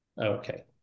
Okay